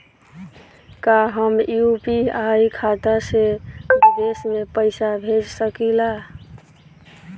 का हम यू.पी.आई खाता से विदेश में पइसा भेज सकिला?